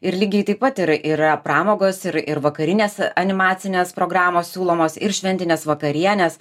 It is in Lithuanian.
ir lygiai taip pat ir yra pramogos ir ir vakarinės animacinės programos siūlomos ir šventinės vakarienės